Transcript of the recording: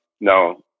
no